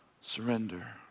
Surrender